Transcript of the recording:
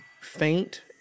faint